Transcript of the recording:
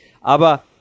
Aber